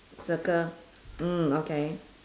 circle mm okay